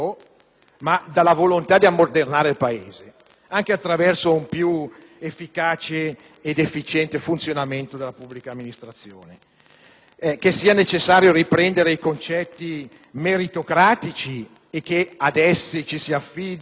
ma dalla volontà di ammodernare il Paese attraverso un più efficace ed efficiente funzionamento della pubblica amministrazione. È necessario riprendere i concetti meritocratici e ad essi affidarsi